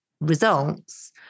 results